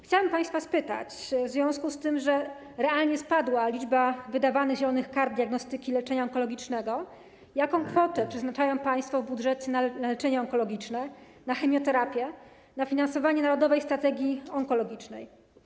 Chciałabym państwa zapytać w związku z tym, że realnie spadła liczba wydawanych zielonych kart diagnostyki leczenia onkologicznego, jaką kwotę przeznaczają państwo w budżecie na leczenie onkologiczne, na chemioterapię, na finansowanie narodowej strategii onkologicznej.